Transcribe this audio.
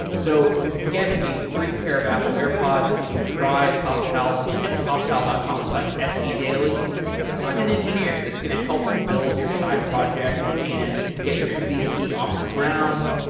so you can get a free pair of apple air pods when you try toptal at toptal dot com slash sedaily. find an engineer that's going to help you build your side project and get your ah mvp off the ground.